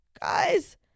guys